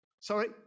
sorry